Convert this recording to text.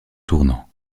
tournant